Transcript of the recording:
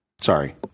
Sorry